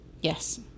Yes